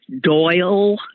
Doyle